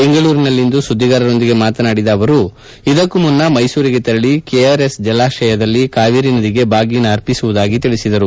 ಬೆಂಗಳೂರಿನಲ್ಲಿಂದು ಸುದ್ಗಿಗಾರರೊಂದಿಗೆ ಮಾತನಾಡಿದ ಯಡಿಯೂರಪ್ಪ ಇದಕ್ಕೂ ಮುನ್ನ ಮೈಸೂರಿಗೆ ತೆರಳಿ ಕೆಆರ್ಎಸ್ ಜಲಾಶಯದಲ್ಲಿ ಕಾವೇರಿ ನದಿಗೆ ಬಾಗಿನ ಆರ್ಪಿಸುವುದಾಗಿ ತಿಳಿಸಿದರು